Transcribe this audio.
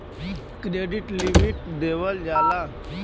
credit limit देवल जाला